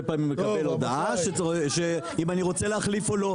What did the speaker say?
פעמים מקבל הודעה אם אני רוצה להחליף או לא.